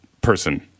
person